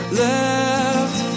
left